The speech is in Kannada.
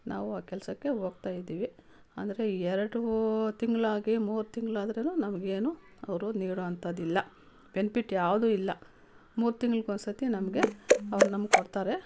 ನಾವು ಆ ಕೆಲಸಕ್ಕೆ ಹೋಗ್ತಾಯಿದ್ದಿವಿ ಅಂದರೆ ಎರಡು ತಿಂಗಳಾಗಿ ಮೂರು ತಿಂಗಳಾದ್ರೂ ನಮ್ಗೇನು ಅವರು ನೀಡುವಂಥದ್ದಿಲ್ಲ ಬೆನ್ಪಿಟ್ ಯಾವುದು ಇಲ್ಲ ಮೂರು ತಿಂಗ್ಳ್ಗೆ ಒಂದು ಸತಿ ನಮಗೆ ಅವ್ರು ನಮ್ಗೆ ಕೊಡ್ತಾರೆ